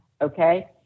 okay